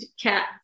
cat